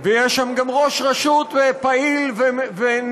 ויש שם גם ראש רשות פעיל ונמרץ,